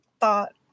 thought